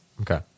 Okay